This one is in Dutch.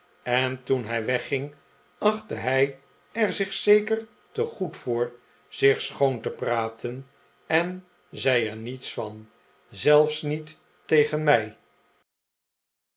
en toen hij wegging achtte hij er zich zeker te goed voor zich schoon te praten en zei er niets van zelfs niet tegen mij